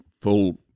full